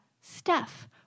Steph